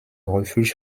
refuge